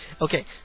Okay